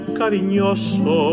cariñoso